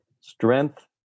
Strength